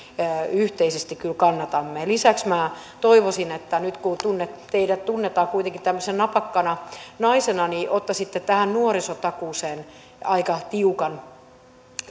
yhteisesti kyllä kannatamme lisäksi toivoisin että nyt kun teidät tunnetaan kuitenkin tämmöisenä napakkana naisena niin ottaisitte tähän nuorisotakuuseen aika tiukan